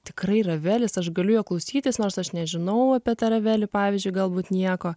tikrai ravelis aš galiu jo klausytis nors aš nežinau apie tą ravelį pavyzdžiui galbūt nieko